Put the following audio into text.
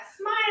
Smile